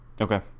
Okay